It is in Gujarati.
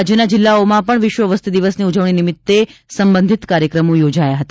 રાજ્યના જિલ્લાઓમાં પણ વિશ્વ વસ્તી દિવસની ઉજવણી નિમિત્તે સંબંધિત કાર્યક્રમો યોજાયા હતા